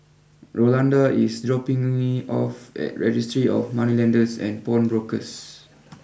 Rolanda is dropping me off at Registry of Moneylenders and Pawnbrokers